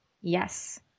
Yes